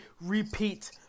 repeat